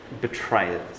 betrayers